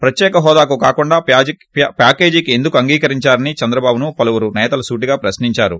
ప్రత్యేక హోదాకు కాకుండా ప్యాకేజీకి ఎందుకు అంగీకరించారని చంద్రబాబును పలువురు నేతలు సూటిగా ప్రశ్నించారు